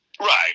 Right